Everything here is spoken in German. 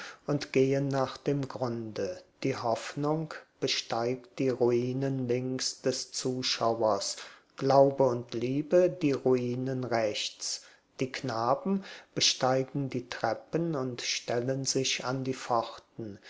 und gehen nach dem grunde die hoffnung besteigt die ruinen links des zuschauers glaube und liebe die ruinen rechts die knaben besteigen die treppen und stellen sich an die pforten